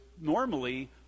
normally